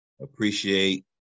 appreciate